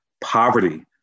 Poverty